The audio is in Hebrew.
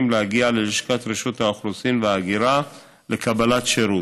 להגיע ללשכת רשות האוכלוסין וההגירה לקבלת שירות.